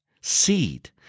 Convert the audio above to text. Seed